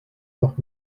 doch